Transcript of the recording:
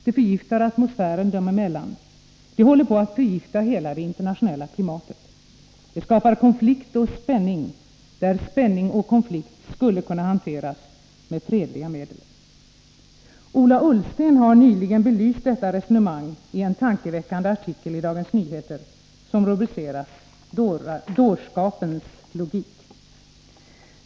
Det förgiftar atmosfären dem emellan. Det håller på att förgifta hela det internationella klimatet. Det skapar konflikt och spänning där spänning och konflikt skulle kunna hanteras med fredliga medel. Ola Ullsten har nyligen belyst detta resonemang i en tankeväckande artikel i Dagens Nyheter som rubricerades Dårskapens logik.